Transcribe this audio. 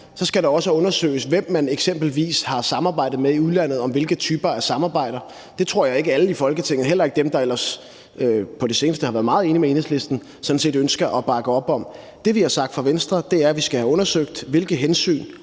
er, skal det også undersøges, hvem man eksempelvis har samarbejdet med i udlandet, og hvilke typer af samarbejder det har været. Det tror jeg ikke alle i Folketinget – heller ikke dem, der ellers på det seneste har været meget enige med Enhedslisten – sådan set ønsker at bakke op om. Det, vi har sagt fra Venstres side, er, at vi skal have undersøgt, om der